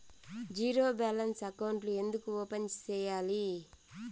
zero balance అకౌంట్లు ఎందుకు open సేయాలి